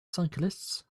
cyclists